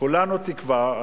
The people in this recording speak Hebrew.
כולנו תקווה,